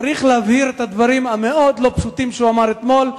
צריך להבהיר את הדברים המאוד לא פשוטים שהוא אמר אתמול.